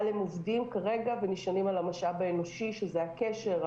אבל הם עובדים כרגע ונשענים על המשאב האנושי שזה הקשר,